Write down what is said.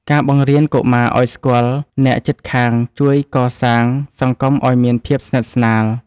ការបង្រៀនកុមារឲ្យស្គាល់អ្នកជិតខាងជួយកសាងសង្គមឲ្យមានភាពស្និទ្ធស្នាល។